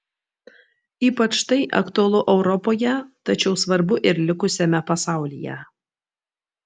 ypač tai aktualu europoje tačiau svarbu ir likusiame pasaulyje